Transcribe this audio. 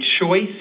choice